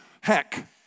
heck